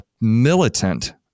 militant